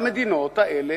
והמדינות האלה,